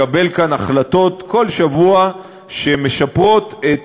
לקבל כאן כל שבוע החלטות שמשפרות את